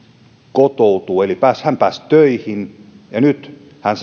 kotoutui eli hän pääsi töihin ja nyt hän